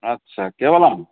अच्छा केवलम्